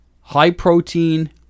high-protein